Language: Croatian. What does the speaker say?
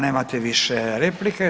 Nemate više replika.